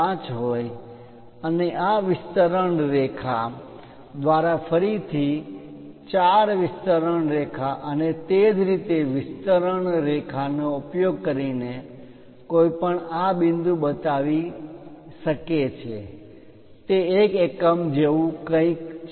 5 હોય અને આ વિસ્તરણ રેખા એક્સ્ટેંશન લાઈન્સ દ્વારા ફરીથી 4 વિસ્તરણ રેખા એક્સ્ટેન્શન્સ લાઇન અને તે જ રીતે વિસ્તરણ રેખા એક્સ્ટેંશન લાઇન નો ઉપયોગ કરીને કોઈપણ આ બિંદુ બતાવી શકે છે તે 1 એકમ જેવું કંઈક છે